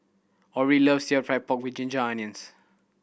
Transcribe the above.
Orie loves stir fried pork ginger onions